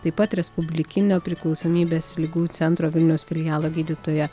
taip pat respublikinio priklausomybės ligų centro vilniaus filialo gydytoja